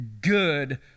good